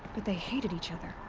but they hated each other.